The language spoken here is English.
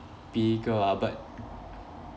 bigger ah but